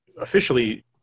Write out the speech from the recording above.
officially